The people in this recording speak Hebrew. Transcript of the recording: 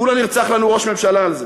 כולה נרצח לנו ראש ממשלה על זה.